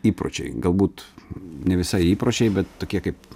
įpročiai galbūt ne visai įpročiai bet tokie kaip